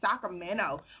Sacramento